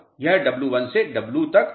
यह W1 से W तक कम हो गया है